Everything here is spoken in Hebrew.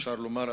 אפשר לומר,